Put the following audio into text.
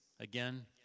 Again